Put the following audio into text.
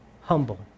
humble